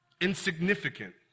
insignificant